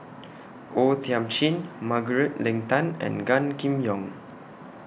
O Thiam Chin Margaret Leng Tan and Gan Kim Yong